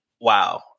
wow